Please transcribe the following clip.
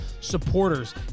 supporters